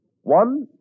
One